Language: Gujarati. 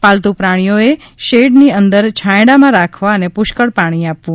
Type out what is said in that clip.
પાલતુ પ્રાણીઓએ શેડની અંદર છાંયડામાં રાખવા અને પુષ્કળ પાણી આપવું